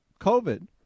COVID